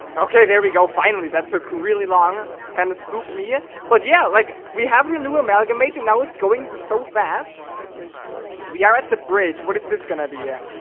okay there we go finally that took really long and kind of spooked me yeah, but yeah like we have the new amalgamating that was going so fast we are at the bridge. what is this gonna be yeah